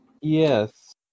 Yes